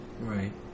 Right